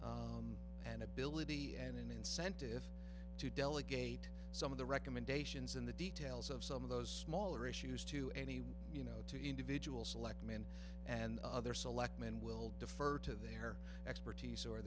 be an ability and an incentive to delegate some of the recommendations and the details of some of those smaller issues to anyone you know to individual select men and other select men will defer to their expertise or